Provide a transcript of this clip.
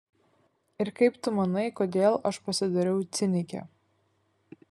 ir kaip tu manai kodėl aš pasidariau cinikė